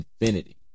Infinity